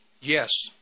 Yes